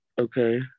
okay